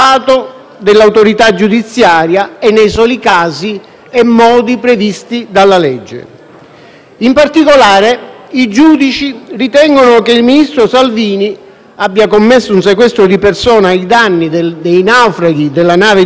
In particolare, i giudici ritengono che il ministro Salvini abbia commesso un sequestro di persona ai danni dei naufraghi della nave Diciotti con l'ordine impartito verbalmente di non farli sbarcare,